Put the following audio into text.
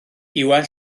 iwan